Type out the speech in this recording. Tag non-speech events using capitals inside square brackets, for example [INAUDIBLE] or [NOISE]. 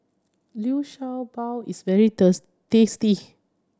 Liu Sha Bao is very [UNINTELLIGIBLE] tasty